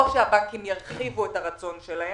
או שהבנקים ירחיבו את הרצון שלהם,